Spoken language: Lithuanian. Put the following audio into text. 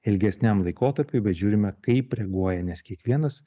ilgesniam laikotarpiui bet žiūrime kaip reaguoja nes kiekvienas